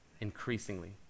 increasingly